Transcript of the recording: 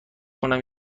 کنم